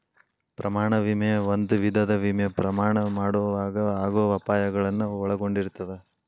ಪ್ರಯಾಣ ವಿಮೆ ಒಂದ ವಿಧದ ವಿಮೆ ಪ್ರಯಾಣ ಮಾಡೊವಾಗ ಆಗೋ ಅಪಾಯಗಳನ್ನ ಒಳಗೊಂಡಿರ್ತದ